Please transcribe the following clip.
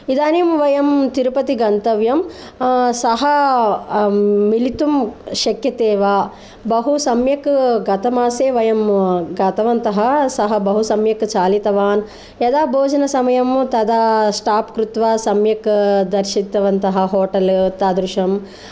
इदानीं वयं तिरुपति गन्तव्यं सः मिलितुं शक्यते वा बहु सम्यक् गतमासे वयं गतवन्तः सः बहु सम्यक् चालितवान् यदा भोजनसमयं तदा स्टाप् कृत्वा सम्यक् दर्शितवन्तः होटेल् तादृशम्